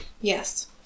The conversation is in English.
Yes